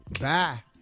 bye